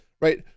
right